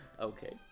Okay